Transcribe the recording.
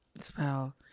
Spell